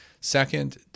Second